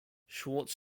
schwartz